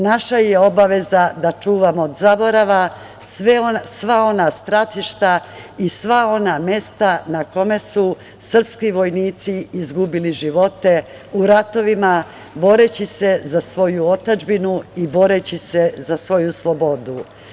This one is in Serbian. Naša je obaveza da čuvamo od zaborava sva ona stratišta i sva ona mesta na kome su srpski vojnici izgubili živote u ratovima boreći se za svoju otadžbinu i boreći se za svoju slobodu.